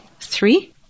three